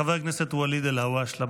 חבר הכנסת ואליד אלהואשלה,